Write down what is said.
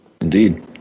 Indeed